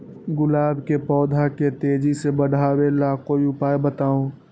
गुलाब के पौधा के तेजी से बढ़ावे ला कोई उपाये बताउ?